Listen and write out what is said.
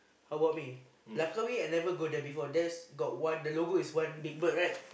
how about me Langkawi I never go there before there is got one the logo is one big bird right